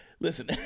Listen